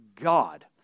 God